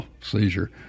seizure